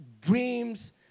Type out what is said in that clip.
dreams